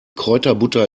kräuterbutter